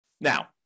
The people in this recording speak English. Now